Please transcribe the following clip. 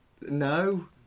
No